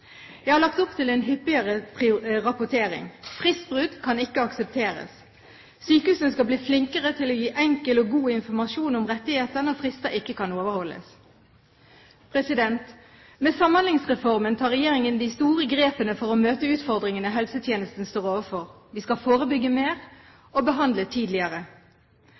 Jeg har lagt opp til en hyppigere rapportering. Fristbrudd kan ikke aksepteres. Sykehusene skal bli flinkere til å gi enkel og god informasjon om rettigheter når frister ikke kan overholdes. Med Samhandlingsreformen tar regjeringen de store grepene for å møte utfordringene helsetjenesten står overfor. Vi skal forebygge mer og behandle tidligere.